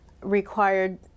required